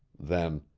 then,